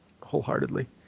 wholeheartedly